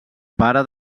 pare